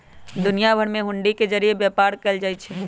दुनिया भर में हुंडी के जरिये व्यापार कएल जाई छई